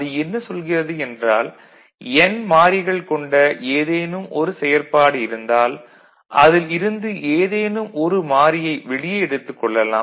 அது என்ன சொல்கிறது என்றால் 'n' மாறிகள் கொண்ட ஏதேனும் ஒரு செயற்பாடு இருந்தால் அதில் இருந்து ஏதேனும் ஒரு மாறியை வெளியே எடுத்துக் கொள்ளலாம்